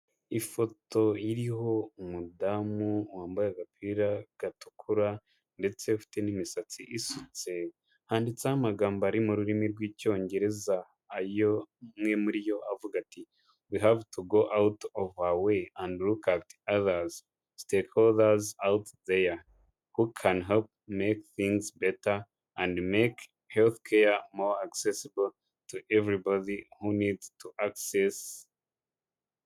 Ifoto iriho umudamu wambaye agapira gatukura, ndetse ufite n'imisatsi isutse, handitseho amagambo ari mu rurimi rw'icyongereza. Ayo amwe muri yo avuga ati <<we have to go out of the way, and look at others, stakeholder out there, who can help, make things better and make health care more accessible to everybody who need to access>>